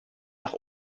nach